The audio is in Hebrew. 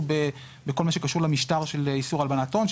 בכל מה שקשור למשטר של איסור הלבנת הון,